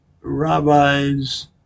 rabbis